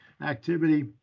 activity